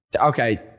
okay